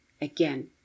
Again